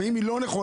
אם היא לא נכונה,